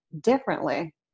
differently